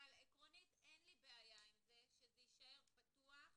עקרונית אין לי בעיה שזה יישאר פתוח